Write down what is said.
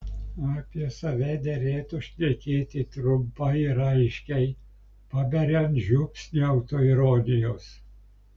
apie save derėtų šnekėti trumpai ir aiškiai paberiant žiupsnį autoironijos